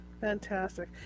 Fantastic